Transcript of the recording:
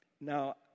Now